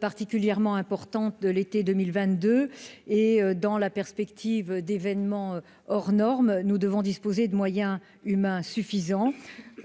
particulièrement importantes de l'été 2022 et dans la perspective d'événements hors normes, il est apparu que nous devions disposer de moyens humains suffisants.